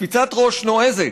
קפיצת ראש נועזת.